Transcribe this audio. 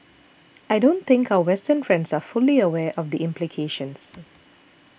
I don't think our Western friends are fully aware of the implications